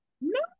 no